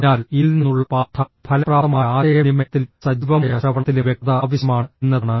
അതിനാൽ ഇതിൽ നിന്നുള്ള പാ ഠം ഫലപ്രാപ്തമായ ആശയവിനിമയത്തിലും സജീവമായ ശ്രവണത്തിലും വ്യക്തത ആവശ്യമാണ് എന്നതാണ്